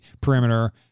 perimeter